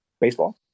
baseball